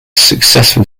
successful